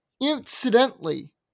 incidentally